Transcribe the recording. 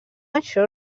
això